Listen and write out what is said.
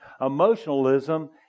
Emotionalism